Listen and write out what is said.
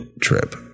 trip